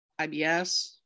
IBS